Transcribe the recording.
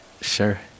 Sure